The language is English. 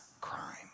crime